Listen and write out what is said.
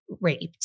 raped